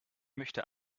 möchte